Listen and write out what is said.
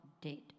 dead